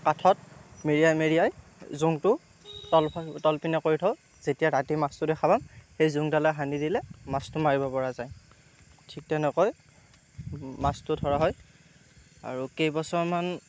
কাঠত মেৰিয়াই মেৰিয়াই জোংটো তলফালে তলপিনে কৰি থওঁ যেতিয়া ৰাতি মাছটো দেখা পাম সেই জোংডালে হানি দিলে মাছটো মাৰিব পৰা যায় ঠিক তেনেকৈ মাছটো ধৰা হয় আৰু কেইবছৰমান